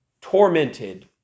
tormented